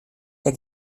der